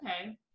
Okay